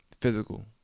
Physical